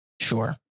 Sure